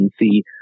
see